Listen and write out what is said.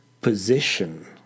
position